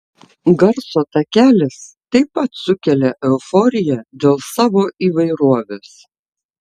garso takelis taip pat sukelia euforiją dėl savo įvairovės